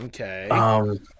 Okay